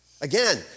Again